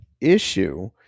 issue